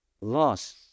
loss